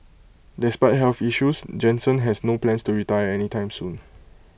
despite health issues Jansen has no plans to retire any time soon